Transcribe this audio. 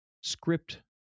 Script